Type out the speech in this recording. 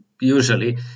usually